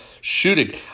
shooting